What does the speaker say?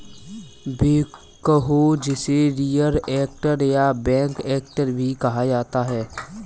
backhoe जिसे rear actor या back actor भी कहा जाता है